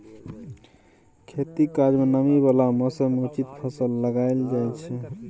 खेतीक काज मे नमी बला मौसम मे उचित फसल लगाएल जाइ छै